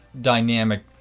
dynamic